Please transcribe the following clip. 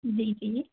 जी जी